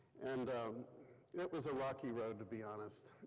and it was a rocky road, to be honest.